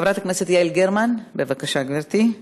חברת הכנסת יעל גרמן, בבקשה, גברתי.